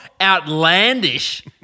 outlandish